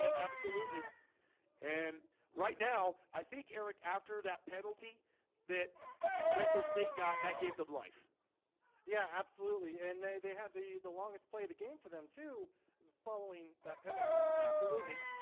absolutely and right now i think erik after that penalty that metro state got that gave them life yeah, absolutely. and they they have the the longest play the game for them to following that penalty absolutely,